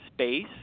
space